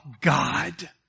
God